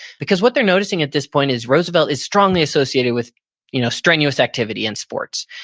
because what they're noticing at this point is roosevelt is strongly associated with you know strenuous activity and sports.